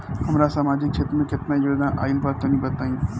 हमरा समाजिक क्षेत्र में केतना योजना आइल बा तनि बताईं?